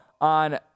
on